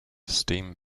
steam